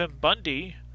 Bundy